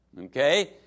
Okay